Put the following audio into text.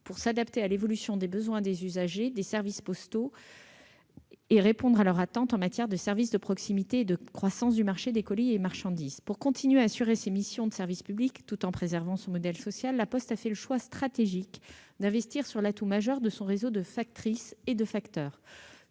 pour s'adapter à l'évolution des besoins des usagers des services postaux et répondre à leurs attentes en matière de services de proximité et de croissance du marché des colis et marchandises. Pour continuer à assurer ses missions de service public, tout en préservant son modèle social, La Poste a fait le choix stratégique d'investir sur l'atout majeur de son réseau de factrices et de facteurs.